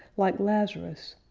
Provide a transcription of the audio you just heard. like lazarus,